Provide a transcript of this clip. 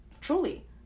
truly